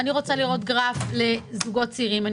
גרף לזוגות צעירים,